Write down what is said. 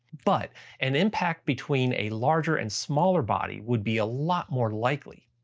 but an impact between a larger and smaller body would be a lot more likely.